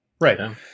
right